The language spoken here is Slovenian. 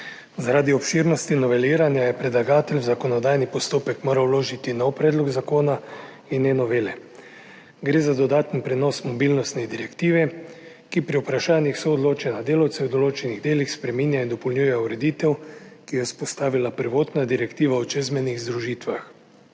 Zaradi obširnosti noveliranja je predlagatelj v zakonodajni postopek moral vložiti nov predlog zakona in ne novele. Gre za dodaten prenos mobilnostne direktive, ki pri vprašanjih soodločanja delavcev v določenih delih spreminja in dopolnjuje ureditev, ki jo je vzpostavila prvotna direktiva o čezmejnih združitvah.